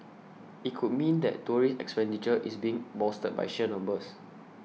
it could mean that tourist expenditure is being bolstered by sheer numbers